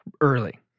Early